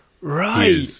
right